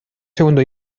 segundo